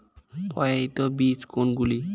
প্রত্যায়িত বীজ কোনগুলি?